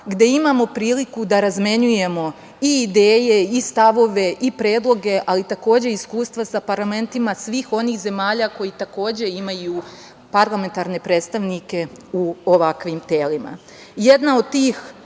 gde imamo priliku da razmenjujemo i ideje, i stavove, i predloge, ali takođe i iskustva sa parlamentima svih onih zemalja koji imaju parlamentarne predstavnike u ovakvim telima. Jedna od tih